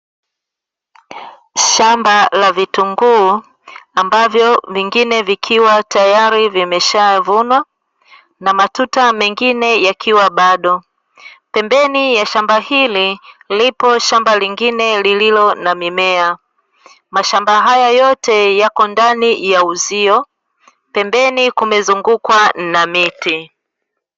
Shamba la vitunguu, ambavyo vingine vikiwa tayari vimeshavunwa, na matuta mengine yakiwa bado. Pembeni ya shamba hili lipo shamba lingine lililo na mimea, mashamba haya yote yako ndani ya uzio, pembeni kumezungukwa na miti.